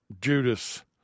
Judas